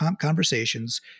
conversations